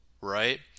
right